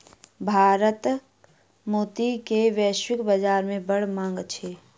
भारतक मोती के वैश्विक बाजार में बड़ मांग अछि